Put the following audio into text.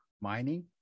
mining